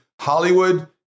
Hollywood